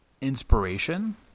inspiration